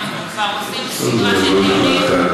ואנחנו כבר עושים סדרה של דיונים.